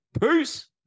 Peace